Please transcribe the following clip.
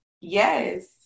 yes